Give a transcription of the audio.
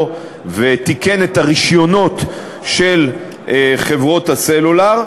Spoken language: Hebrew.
ותיקן את הרישיונות של חברות הסלולר,